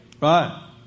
Right